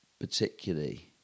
particularly